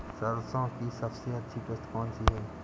सरसो की सबसे अच्छी किश्त कौन सी है?